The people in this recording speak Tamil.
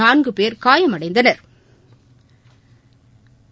நான்கு பேர் காயமடைந்தனா்